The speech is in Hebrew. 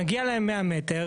מגיע להם 100 מ"ר,